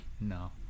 no